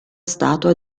statua